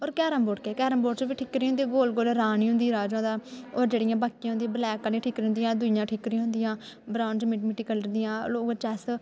होर carrom board केह् carrom board च बी ठिकरियां होंदियां गोल गोल रानी होंदी राजा होंदा होर जेह्ड़ियां बाकी होंदियां ब्लैक आह्लियां ठिकरियां होंदिया दुईयां ठिकरियां होंदियां ब्राउन जां मिट्टी मिट्टी कल्लर दियां ओह् लो चैस्स